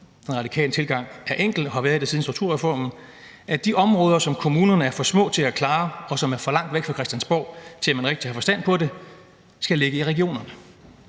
Den radikale tilgang er enkel og har været det siden strukturreformen: at de områder, som kommunerne er for små til at klare, og som er for langt væk fra Christiansborg, til at man rigtig har forstand på det, skal ligge i regionerne.